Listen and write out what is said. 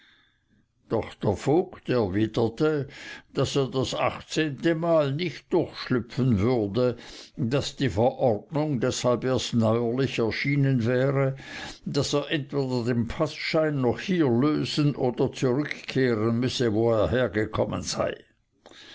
doch der vogt erwiderte daß er das achtzehnte mal nicht durchschlüpfen würde daß die verordnung deshalb erst neuerlich erschienen wäre und daß er entweder den paßschein noch hier lösen oder zurückkehren müsse wo er hergekommen sei